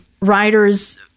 writers